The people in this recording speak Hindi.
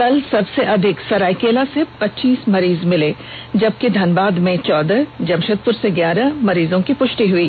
कल सबसे अधिक सरायकेला से पचीस मरीज मिले जबकि धनबाद में चौदह जमशेदपुर से ग्यारह मरीजों की पुष्टि हुई